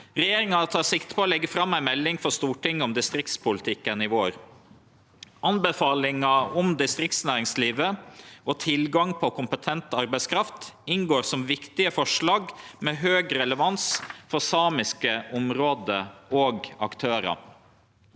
Regjeringa tek sikte på å leggje fram ei melding for Stortinget om distriktspolitikken i vår. Anbefalinga om distriktsnæringslivet og tilgang på kompetent arbeidskraft inn går som viktige forslag med høg relevans for samiske område og aktørar.